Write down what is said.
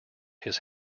his